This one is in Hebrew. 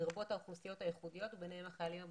לרבות האוכלוסיות הייחודיות וביניהן החיילים הבודדים.